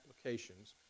applications